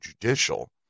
judicial